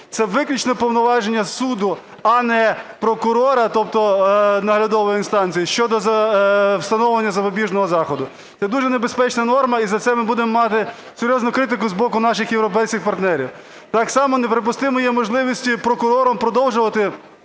це виключно повноваження суду, а не прокурора, тобто наглядової інстанції щодо встановлення запобіжного заходу. Це дуже небезпечна норма, і за це ми будемо мати серйозну критику з боку наших європейських партнерів. Так само неприпустимі є можливості прокурором продовжувати